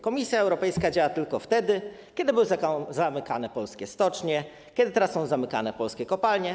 Komisja Europejska działa tylko wtedy, kiedy były zamykane polskie stocznie, kiedy teraz są zamykane polskie kopalnie.